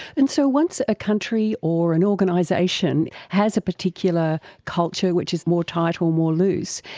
and so once a country or an organisation has a particular culture which is more tight or more loose,